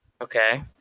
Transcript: Okay